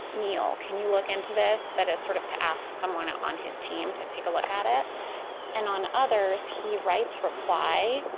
neil, can you look into this? that is sort of to ask someone on his team to take a look at it and on others he writes reply,